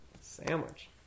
Sandwich